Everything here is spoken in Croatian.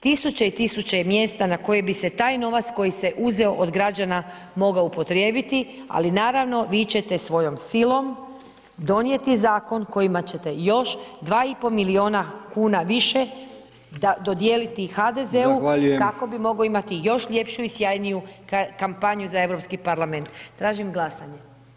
Tisuće i tisuće mjesta na koje bi se taj novac, koji se uzeo od građana mogao upotrijebiti, ali naravno, vi ćete svojom silom, donijeti zakon, kojima ćete još 2,5 milijuna više dodijeliti HDZ-u kako bi mogao imati još ljepšu i sjajniju kampanju za Europski parlament, tražim glasanje.